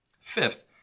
Fifth